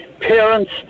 parents